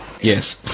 Yes